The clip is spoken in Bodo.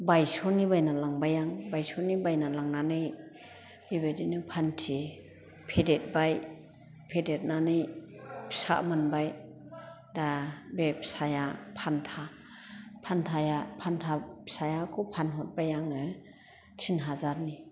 भाइसस'नि बायना लांबाय आं भाइसस'नि बायनानै लांनानै बेबायदिनो फान्थि फेदेरबाय फेदेरनानै फिसा मोनबाय दा बे फिसाया फान्था फान्थाया फान्था फिसायाखौ फानहरबाय आङो टिन हाजारनि